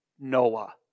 Noah